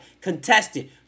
Contested